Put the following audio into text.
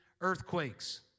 earthquakes